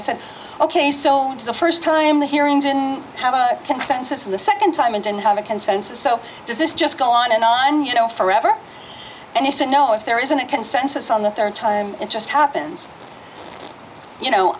i said ok so the first time the hearing to have a consensus on the second time it didn't have a consensus so does this just go on and on you know forever and he said no if there isn't a consensus on the third time it just happens you know